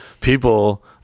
people